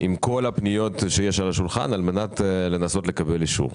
עם כל הפניות שיש על השולחן על מנת לנסות לקבל אישור.